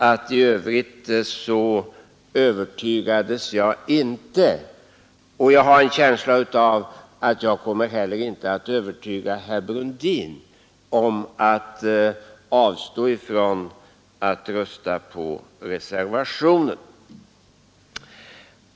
Men i övrigt övertygades jag inte, herr Brundin. Och jag har en känsla av att inte heller jag kommer att kunna övertyga herr Brundin om att avstå från att rösta på reservationerna.